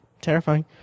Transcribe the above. terrifying